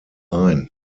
ein